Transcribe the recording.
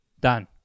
Done